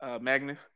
Magnus